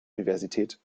universität